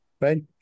right